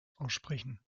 aussprechen